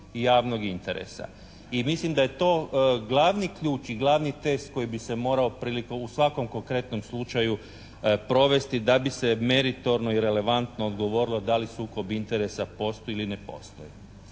I mislim da je to glavni ključ i glavni test koji bi se morao prilikom, u svakom konkretnom slučaju provesti da bi se meritorno i relevantno odgovorilo da li sukob interesa postoji ili ne postoji.